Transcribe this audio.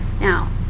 now